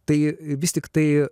tai vis tiktai